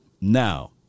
now